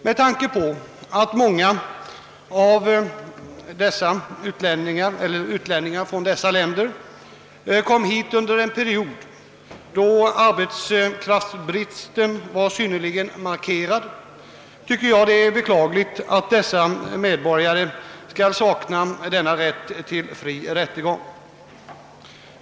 Med tanke på att många utlänningar från dessa länder kom hit under en period då arbetskraftsbristen var synnerligen markerad, tycker jag det är beklagligt att dessa medborgare skall sakna rätt till fri rättegång.